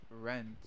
rent